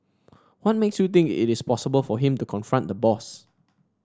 what makes you think it is possible for him to confront the boss